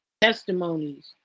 Testimonies